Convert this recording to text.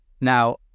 Now